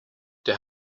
der